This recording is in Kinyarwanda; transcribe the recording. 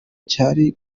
cyari